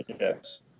Yes